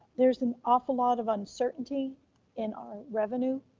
there's an awful lot of uncertainty in our revenue.